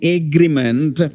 agreement